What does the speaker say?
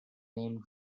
name